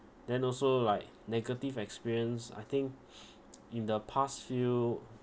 then also like negative experience I think in the past few